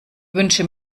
wünsche